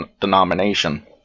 denomination